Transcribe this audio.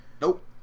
Nope